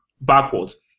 backwards